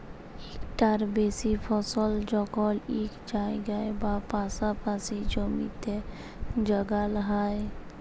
ইকটার বেশি ফসল যখল ইক জায়গায় বা পাসাপাসি জমিতে যগাল হ্যয়